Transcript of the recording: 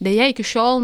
deja iki šiol